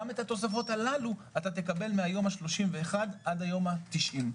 גם את התוספות הללו אתה תקבל מהיום ה-31 עד היום ה-90.